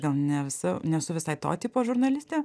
gal ne visa nesu visai to tipo žurnalistė